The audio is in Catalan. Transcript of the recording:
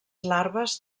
larves